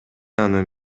анын